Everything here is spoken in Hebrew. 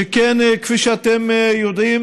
שכן כפי שאתם יודעים,